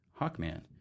hawkman